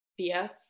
BS